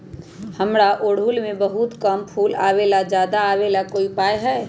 हमारा ओरहुल में बहुत कम फूल आवेला ज्यादा वाले के कोइ उपाय हैं?